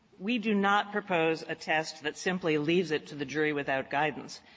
we do not propose a test that simply leaves it to the jury without guidance.